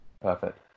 perfect